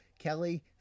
Kelly